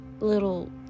Little